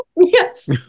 yes